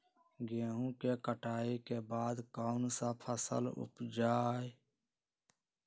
गेंहू के कटाई के बाद कौन सा फसल उप जाए?